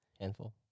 Handful